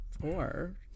four